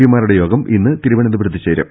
പിമാരുടെ യോഗം ഇന്ന് തിരുവനന്തപുരത്ത് ചേരും